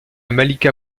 malika